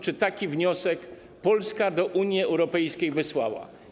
Czy taki wniosek Polska do Unii Europejskiej wysłała?